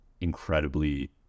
incredibly